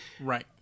right